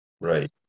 right